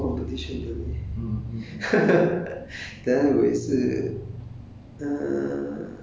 no useful competition ah I think 以前没有什么 competition 的 leh